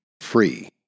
free